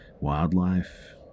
wildlife